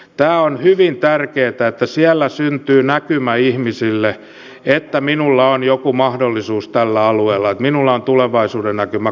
tämä on hyvin tärkeätä että siellä syntyy näkymä ihmiselle että hänellä on jokin mahdollisuus tällä alueella että hänellä on tulevaisuudennäkymä koulutus työtä